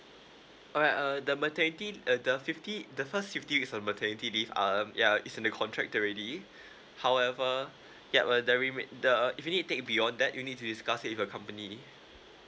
alright uh the maternity uh the fifty the first fifty weeks of maternity leave um ya is in the contract already however yup uh the remai~ the if you need to take beyond that you need to discuss it with your company